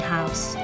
House